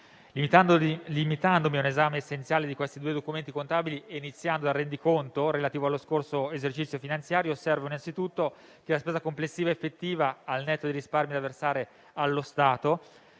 Limitandomi a un esame essenziale di questi due documenti contabili e iniziando dal rendiconto relativo allo scorso esercizio finanziario, osservo innanzitutto come la spesa complessiva effettiva (al netto dei risparmi da versare allo Stato)